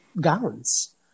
gowns